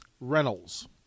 Reynolds